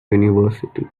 university